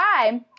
time